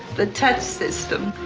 the touch system.